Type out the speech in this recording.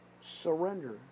surrender